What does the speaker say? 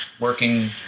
working